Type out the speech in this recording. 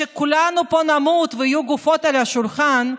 שכולנו פה נמות ושיהיו גופות על השולחן,